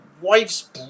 wife's